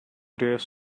dare